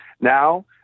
Now